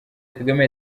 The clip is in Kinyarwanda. kagame